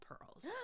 pearls